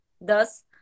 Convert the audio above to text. Thus